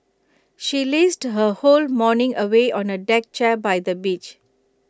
she lazed her whole morning away on A deck chair by the beach